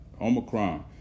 Omicron